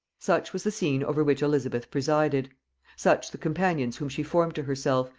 such was the scene over which elizabeth presided such the companions whom she formed to herself,